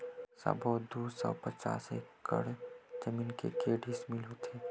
सबो दू सौ पचास हेक्टेयर जमीन के डिसमिल होथे?